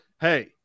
Hey